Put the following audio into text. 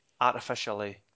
artificially